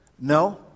No